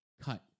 cut